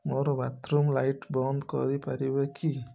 ମୋର bathroom light ବନ୍ଦ କରିପାରିବ କି